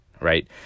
right